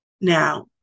Now